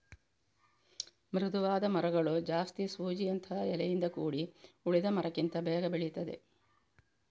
ಮೃದುವಾದ ಮರಗಳು ಜಾಸ್ತಿ ಸೂಜಿಯಂತಹ ಎಲೆಯಿಂದ ಕೂಡಿ ಉಳಿದ ಮರಕ್ಕಿಂತ ಬೇಗ ಬೆಳೀತದೆ